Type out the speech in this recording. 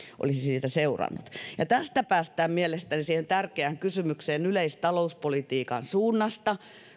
olisi siitä seurannut tästä päästään mielestäni siihen tärkeään kysymykseen yleistalouspolitiikan suunnasta